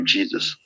Jesus